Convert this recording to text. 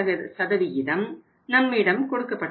8 நம்மிடம் கொடுக்கப்பட்டுள்ளது